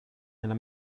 nella